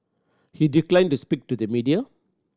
he declined to speak to the media